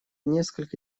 несколько